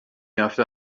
after